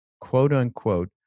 quote-unquote